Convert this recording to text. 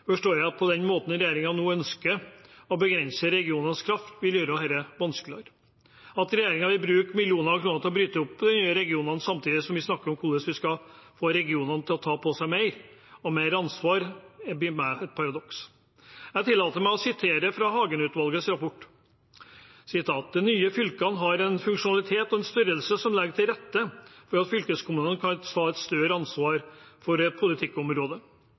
forstår jeg at den måten regjeringen nå ønsker å begrense regionenes kraft på, vil gjøre dette vanskeligere. At regjeringen vil bruke millioner av kroner på å bryte opp de nye regionene, samtidig som vi snakker om hvordan vi skal få regionene til å ta på seg mer ansvar, blir for meg et paradoks. Jeg tillater meg å sitere fra Hagen-utvalgets rapport: «Utvalget mener at de nye fylkene har en funksjonalitet og størrelse som legger til rette for at fylkeskommunene kan ta et større ansvar for politikkområdet.